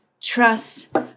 Trust